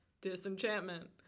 disenchantment